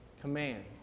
command